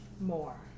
more